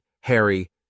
Harry